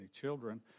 children